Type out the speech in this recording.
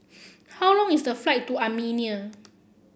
how long is the flight to Armenia